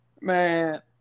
man